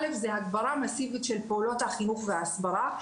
א' זה הגברה מסיבית של פעולות החינוך וההסברה,